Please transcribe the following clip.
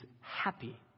happy